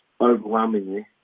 overwhelmingly